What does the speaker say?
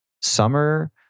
summer